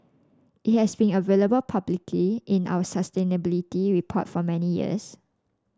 it has been available publicly in our sustainability report for many years